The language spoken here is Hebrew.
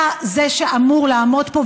אתה זה שאמור לעמוד פה,